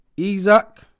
Isaac